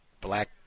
Black